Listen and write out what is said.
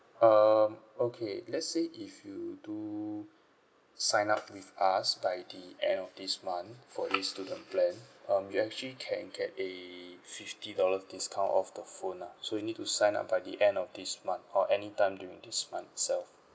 um okay let's say if you do sign up with us by the end of this month for this student plan um you actually can get a fifty dollar discount off the phone lah so you need to sign up by the end of this month or any time during this month itself